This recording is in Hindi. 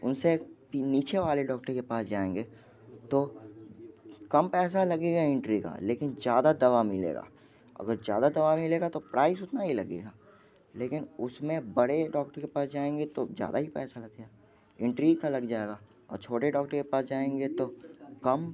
उन से नीचे वाले डॉक्टर के पास जाएँगे तो कम पैसा लगेगा एंट्री का लेकिन ज़्यादा दवा मिलेगी अगर ज़्यादा दवा मिलेगी तो प्राइस उतना ही लगेगी लेकिन उस में बड़े डॉक्टर के पास जाएँगे तो ज़्यादा ही पैसा लगेगा इंट्री का लग जाएगा और छोटे डॉक्टर के पास जाएँगे तो कम